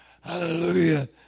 Hallelujah